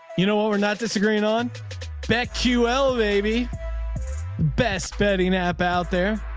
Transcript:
you know what? we're not disagreeing on back. ql, baby. the best betting app out there.